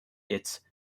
its